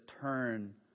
turn